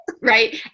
right